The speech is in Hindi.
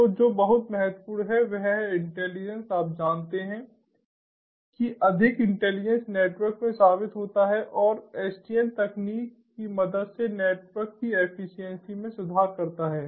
तो जो बहुत महत्वपूर्ण है वह है इंटेलिजेंस आप जानते हैं कि अधिक इंटेलिजेंस नेटवर्क में साबित होता है और SDN तकनीक की मदद से नेटवर्क की एफिशिएंसी में सुधार करता है